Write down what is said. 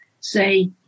say